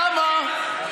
כמה?